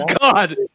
god